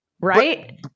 Right